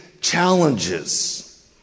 challenges